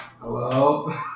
hello